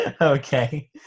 Okay